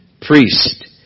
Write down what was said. priest